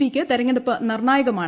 പിക്ക് തെരഞ്ഞെടുപ്പ് നിർണ്ണായകമാണ്